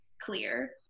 clear